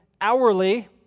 hourly